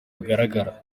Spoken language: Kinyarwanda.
bugaragara